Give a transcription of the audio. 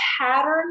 pattern